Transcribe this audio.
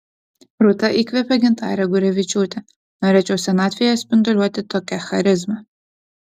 rūta įkvėpė gintarę gurevičiūtę norėčiau senatvėje spinduliuoti tokia charizma